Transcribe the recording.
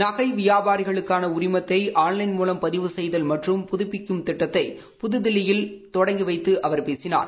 நகை விபாபாரிகளுக்கான உரிமத்தை ஆள்லைள் மூலம் பதிவு செய்தல் மற்றம் புதுப்பிக்கும் திட்டத்தை புதுகில்லியில் தொடங்கி வைத்து அவர் பேசினார்